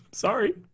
Sorry